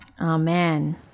Amen